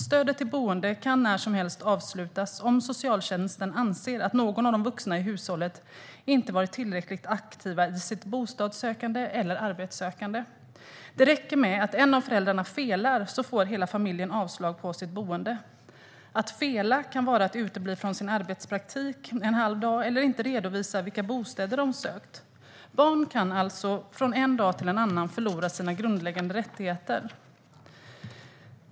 Stödet till boende kan när som helst avslutas om socialtjänsten anser att någon av de vuxna i hushållet inte har varit tillräckligt aktiv i sitt bostadssökande eller arbetssökande. Det räcker med att en av föräldrarna felar för att hela familjen ska få avslag på stöd till sitt boende. Att fela kan vara att utebli från sin arbetspraktik en halv dag eller att inte redovisa vilka bostäder man sökt. Barn kan alltså från en dag till en annan förlora sina grundläggande rättigheter.